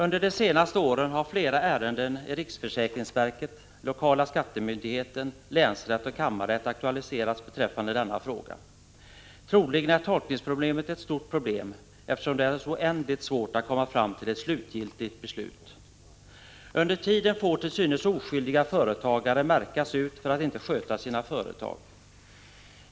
Under de senaste åren har flera ärenden i riksförsäkringsverket, hos lokala skattemyndigheten, hos länsrätt och kammarrätt aktualiserat denna fråga. Troligen är tolkningsfrågan ett stort problem, eftersom det är så oändligt 125 svårt att komma fram till ett slutgiltigt beslut. Under tiden får till synes oskyldiga företagare märkas ut för att inte sköta sina företag.